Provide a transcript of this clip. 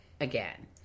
again